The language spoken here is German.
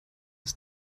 des